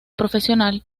profesional